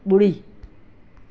बु॒ड़ी